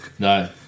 No